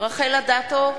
רחל אדטו,